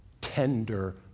tender